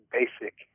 basic